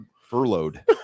furloughed